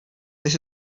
this